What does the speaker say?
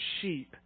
sheep